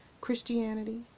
Christianity